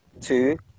two